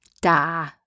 Da